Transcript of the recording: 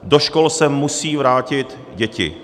Do škol se musí vrátit děti.